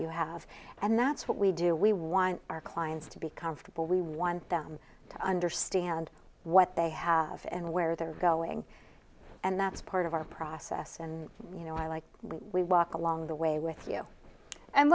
you have and that's what we do we want our clients to be comfortable we want them to understand what they have and where they're going and that's part of our process and you know i like we walk along the way with you and